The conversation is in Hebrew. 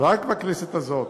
רק בכנסת הזאת,